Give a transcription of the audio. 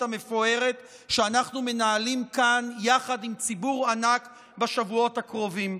המפוארת שאנחנו מנהלים כאן יחד עם ציבור ענק בשבועות הקרובים.